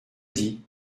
dit